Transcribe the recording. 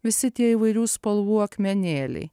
visi tie įvairių spalvų akmenėliai